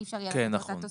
נכון.